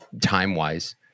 Time-wise